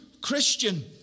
Christian